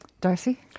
Darcy